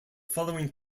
following